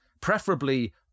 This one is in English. preferably